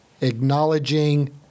acknowledging